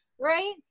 right